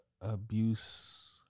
abuse